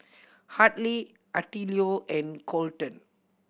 Hadley Attilio and Kolten